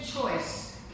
choice